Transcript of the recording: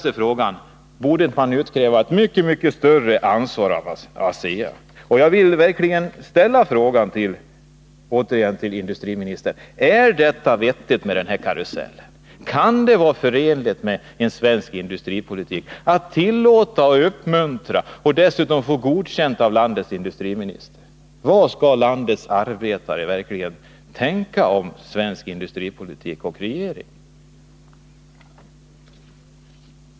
Borde man inte utkräva ett mycket större ansvar av ASEA? Jag vill verkligen återigen fråga industriministern: Är det vettigt med den här karusellen? Kan det vara förenligt med svensk industripolitik att tillåta och uppmuntra sådant samt dessutom få godkänt för det av landets industriminister? Vad skall egentligen landets arbetare tänka om svensk industripolitik och vår regering?